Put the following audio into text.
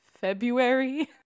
February